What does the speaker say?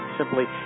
simply